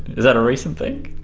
is that a recent thing?